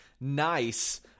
nice